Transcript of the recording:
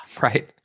Right